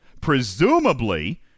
presumably